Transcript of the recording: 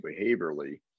behaviorally